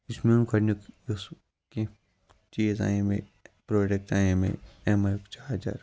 یُس میون گۄڈٕنیُک یُس کیٚنہہ چیٖز اَنے مےٚ پرٛوڈَکٹ اَنے مےٚ اٮ۪م آی یُک چارجَر